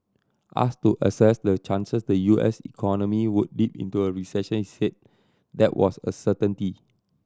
ask to assess the chances the U S economy would dip into a recession said that was a certainty